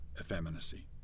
effeminacy